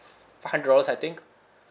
five hundred dollars I think